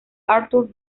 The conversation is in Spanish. arthur